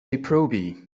proby